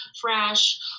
fresh